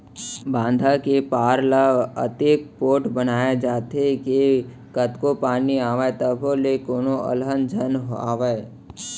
बांधा के पार ल अतेक पोठ बनाए जाथे के कतको पानी आवय तभो ले कोनो अलहन झन आवय